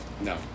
No